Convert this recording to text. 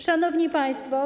Szanowni Państwo!